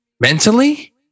mentally